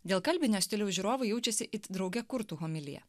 dėl kalbinio stiliaus žiūrovai jaučiasi it drauge kurtų homiliją